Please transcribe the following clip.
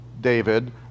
David